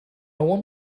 want